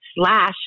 slash